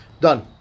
done